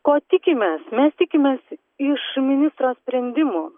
ko tikimės mes tikimės iš ministro sprendimų